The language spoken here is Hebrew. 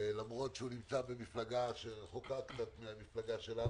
שלמרות שנמצא במפלגה שרחוקה משלנו,